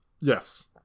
Yes